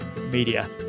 media